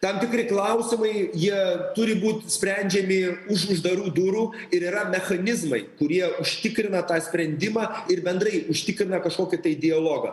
tam tikri klausimai jie turi būt sprendžiami už uždarų durų ir yra mechanizmai kurie užtikrina tą sprendimą ir bendrai užtikrina kažkokį tai dialogą